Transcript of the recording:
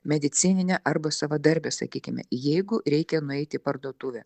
medicininę arba savadarbę sakykime jeigu reikia nueiti į parduotuvę